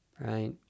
right